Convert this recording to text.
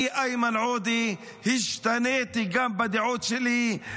גם אני, איימן עודה, השתניתי בדעות שלי.